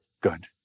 good